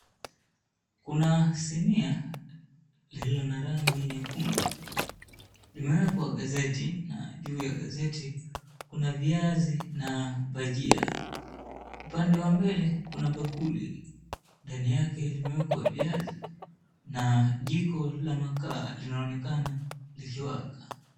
Kuna sinia lililo na rangi nyekundu. Limewekwa gazeti na juu ya gazeti kuna viazi na bajia. Upande wa mbele kuna bakuli, ndani yake limewekwa viazi na jiko la makaa linaonekana likiwaka.